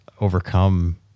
overcome